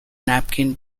napkin